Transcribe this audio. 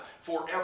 forever